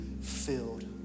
filled